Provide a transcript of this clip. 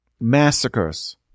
Massacres